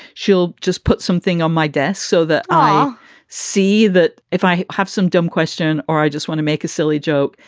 she'll just put something on my desk so that i see that if i have some dumb question or i just want to make a silly joke,